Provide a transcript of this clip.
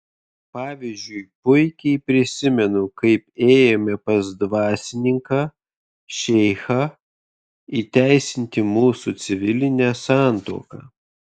pavyzdžiui puikiai prisimenu kaip ėjome pas dvasininką šeichą įteisinti mūsų civilinę santuoką